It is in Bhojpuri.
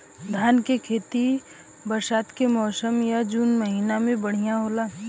धान के खेती बरसात के मौसम या जुलाई महीना में बढ़ियां होला?